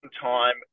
time